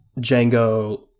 Django